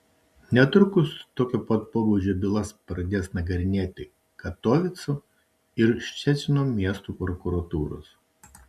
netrukus tokio pat pobūdžio bylas pradės nagrinėti katovicų ir ščecino miestų prokuratūros